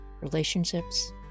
relationships